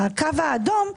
הקו האדום,